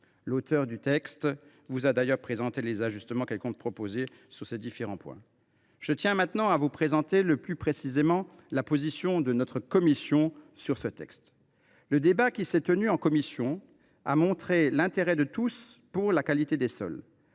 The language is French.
L’auteure du texte vous a d’ailleurs présenté les ajustements qu’elle compte proposer sur ces différents points. Je vais maintenant vous présenter plus précisément la position de notre commission sur ce texte. Le débat qui s’est tenu en commission a montré l’intérêt de tous pour la qualité des sols.